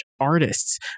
artists